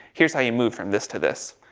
here's how you move from this to this.